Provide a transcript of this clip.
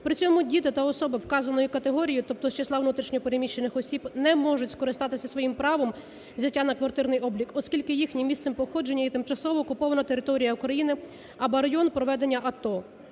При цьому діти та особи, вказаної категорії, тобто з числа внутрішньо переміщених осіб, не можуть скористатися своїм правом взяття на квартирний облік, оскільки їхнім місцем походження є тимчасово окупована територія України або район проведення АТО.